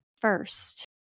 first